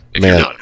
Man